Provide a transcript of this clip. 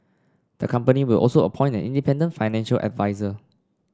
the company will also appoint an independent financial adviser